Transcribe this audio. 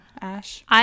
Ash